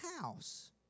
house